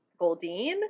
Goldine